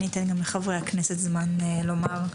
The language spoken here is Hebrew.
אני אתן גם לחברי הכנסת זמן לומר.